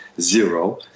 zero